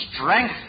strength